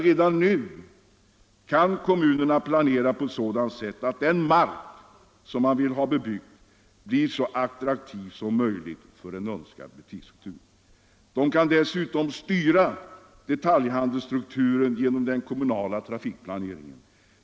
Redan nu kan kommunerna t.ex. planera på ett sådant sätt att den mark som man vill ha bebyggd blir så attraktiv som möjligt för en önskad butiksstruktur. Dessutom kan kommunerna styra detaljhandelsstrukturen genom den kommunala trafikplaneringen.